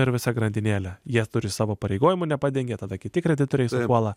ir visa grandinėlė jie turi savo pareigojimų nepadengia tada kiti kreditoriai supuola